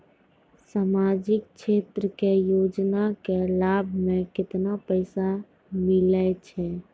समाजिक क्षेत्र के योजना के लाभ मे केतना पैसा मिलै छै?